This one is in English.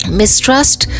mistrust